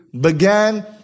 began